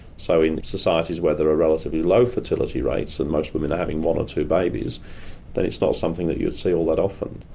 so in societies where there are relatively low fertility rates and most women are having one or two babies then it's not something that you see all that often.